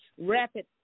rapid